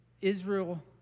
Israel